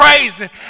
Praising